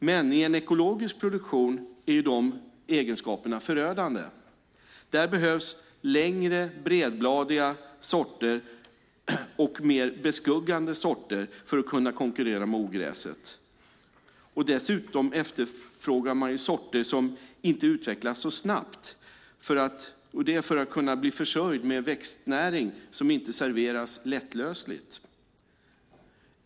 Men i en ekologisk produktion är dessa egenskaper förödande. Där behövs längre och bredbladiga sorter och mer beskuggande sorter för att kunna konkurrera med ogräset. Dessutom efterfrågar man sorter som inte utvecklas så snabbt för att kunna bli försörjd med växtnäring som inte serveras lättlösligt.